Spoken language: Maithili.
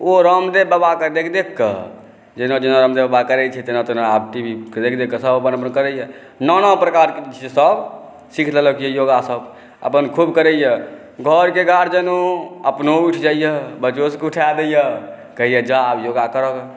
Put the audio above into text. ओ रामदेव बाबाके देख देखकऽ जेना जेना रामदेव बाबा करै छै तेना तेना आब टी वीमे देखकऽ सभ अपन अपन करै अइ नाना प्रकारके सभ सीख लेलक अइ योगासभ अपन खूब करै अइ घरके गार्जियनो अपन भोरे उठि जाइ अइ बच्चो सभके उठा दै अइ कहै अइ जा अब योगा करऽ